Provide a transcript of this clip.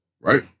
right